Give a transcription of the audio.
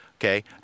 okay